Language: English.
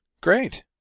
Great